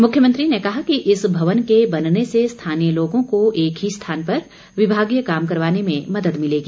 मुख्यमंत्री ने कहा कि इस भवन के बनने से स्थानीय लोगों को एक ही स्थान पर विभागीय काम करवाने में मदद मिलेगी